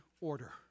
order